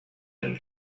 them